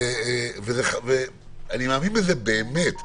אני מאמין בזה באמת.